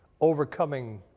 overcoming